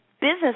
business